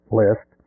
list